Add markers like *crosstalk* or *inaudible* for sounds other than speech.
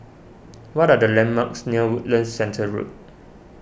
*noise* what are the landmarks near Woodlands Centre Road